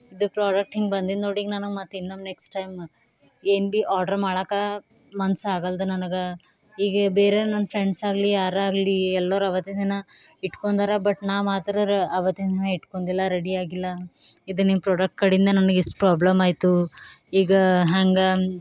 ಇದು ಪ್ರೋಡಕ್ಟ್ ಹಿಂಗೆ ಬಂದಿದೆ ನೋಡೀಗ ನನಗೆ ಮತ್ತೆ ಇನ್ನೂ ನೆಕ್ಸ್ಟ್ ಟೈಮ್ ಏನು ಭೀ ಆರ್ಡ್ರ್ ಮಾಡಾಕ ಮನ್ಸು ಆಗಲ್ದು ನನಗೆ ಹೀಗೆ ಬೇರೆ ನನ್ನ ಫ್ರೆಂಡ್ಸ್ ಆಗಲಿ ಯಾರಾಗಲಿ ಎಲ್ಲರೂ ಆವತ್ತಿನ ದಿನ ಇಟ್ಕೊಂಡರ ಬಟ್ ನಾ ಮಾತ್ರ ಆವತ್ತಿನ ದಿನ ಇಟ್ಕೊಂಡಿಲ್ಲ ರೆಡಿ ಆಗಿಲ್ಲ ಇದು ನಿಮ್ಮ ಪ್ರೋಡಕ್ಟ್ ಕಡಿಂದ ನನಗೆ ಇಷ್ಟ್ ಪ್ರಾಬ್ಲಮ್ ಆಯ್ತು ಈಗ ಹ್ಯಾಂಗೆ